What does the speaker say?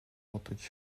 бодож